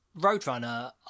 Roadrunner